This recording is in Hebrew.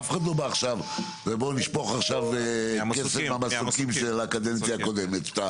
אף אחד לא בא עכשיו ואומר שנשפוך עכשיו כסף כמו בקדנציה הקודמת.